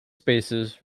spaces